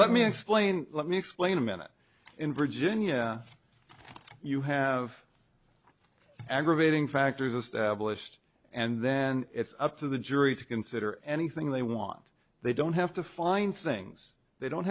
let me explain let me explain a minute in virginia you have aggravating factors established and then it's up to the jury to consider anything they want they don't have to find things they don't